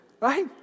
right